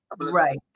right